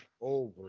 over